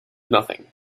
nothing